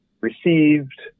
received